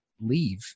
leave